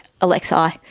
Alexa